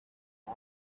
for